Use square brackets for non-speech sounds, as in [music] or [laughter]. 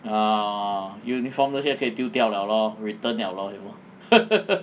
err uniform 那些可以丢掉了 lor return liao lor you know [laughs]